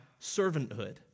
servanthood